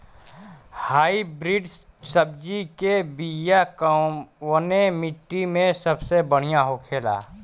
Hybrid सब्जी के बिया कवने मिट्टी में सबसे बढ़ियां होखे ला?